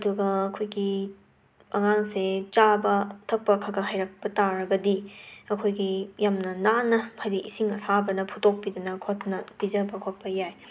ꯑꯗꯨꯒ ꯑꯈꯣꯏꯒꯤ ꯑꯉꯥꯡꯁꯦ ꯆꯥꯕ ꯊꯛꯄ ꯈꯒꯒ ꯍꯩꯔꯛꯄ ꯇꯥꯔꯒꯗꯤ ꯑꯈꯣꯏꯒꯤ ꯌꯥꯝꯅ ꯅꯥꯟꯅ ꯍꯥꯏꯗꯤ ꯏꯁꯤꯡ ꯑꯁꯥꯕꯅ ꯐꯨꯠꯇꯣꯛꯄꯤꯗꯅ ꯈꯣꯠꯇꯅ ꯄꯤꯖꯕ ꯈꯣꯠꯄ ꯌꯥꯏ